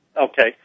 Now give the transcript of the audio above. Okay